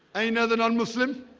and another non-muslim